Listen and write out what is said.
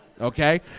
Okay